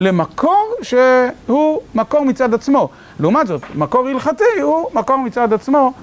למקור שהוא מקור מצד עצמו, לעומת זאת מקור הלכתי הוא מקור מצד עצמו.